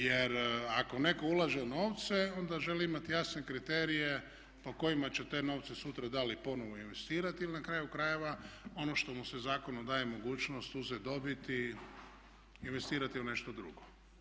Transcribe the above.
Jer ako netko ulaže novca onda želi imati jasne kriterije po kojima će te novce sutra da li ponovno investirati ili na kraju krajeva ono što mu se zakonom daje mogućnost uzeti dobit i investirati u nešto drugo.